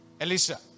Elisha